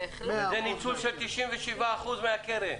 וזה ניצול של 97% מהקרן.